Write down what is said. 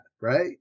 Right